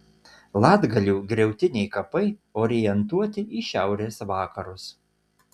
latgalių griautiniai kapai orientuoti į šiaurės vakarus